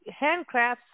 handcrafts